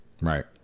Right